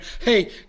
Hey